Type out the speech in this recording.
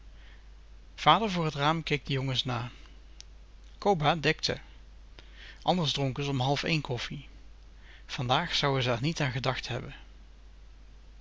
vader voor het raam keek de jongens na coba dekte anders dronken ze om half één koffie vandaag zouen ze r niet aan gedacht hebben